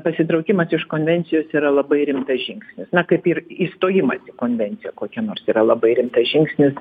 pasitraukimas iš konvencijos yra labai rimtas žingsnis na kaip ir įstojimas į konvenciją kokią nors yra labai rimtas žingsnis